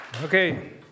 Okay